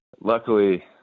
luckily